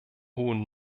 hohen